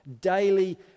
daily